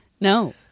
no